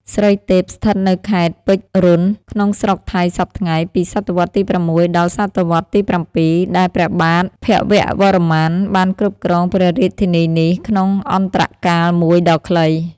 ស្រីទេព ស្ថិតនៅខេត្ត ពេជ្ររ៉ុន ក្នុងស្រុកថៃសព្វថ្ងៃ ពីសតវត្សរ៍ទី៦ ដល់ សតវត្សរ៍ទី៧ ដែលព្រះបាទភវវរ្ម័នបានគ្រប់គ្រងព្រះរាជធានីនេះ ក្នុងអន្តរកាលមួយ ដ៏ខ្លី ។